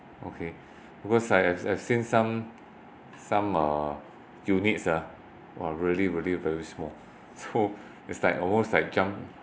okay because I I've seen some some uh units ah !wah! really really very small so is like almost like